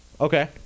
Okay